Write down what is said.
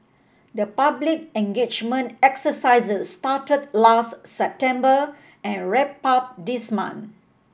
the public engagement exercises started last September and wrapped up this month